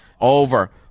over